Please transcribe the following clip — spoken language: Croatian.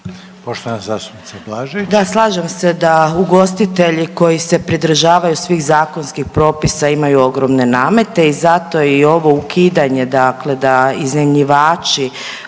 Anamarija (HDZ)** Da, slažem se da ugostitelji koji se pridržavaju svih zakonskih propisa imaju ogromne namete i zato i ovo ukidanje dakle da iznajmljivači